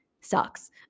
sucks